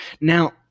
Now